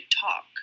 talk